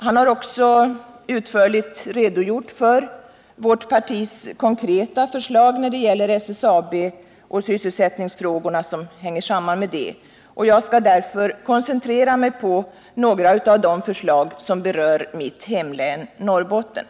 Han har också utförligt redogjort för vårt partis konkreta förslag angående SSAB och de därmed sammanhängande sysselsättningsfrågorna. Jag skall därför koncentrera mig på några av de förslag som berör mitt hemlän, Norrbotten.